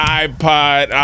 iPod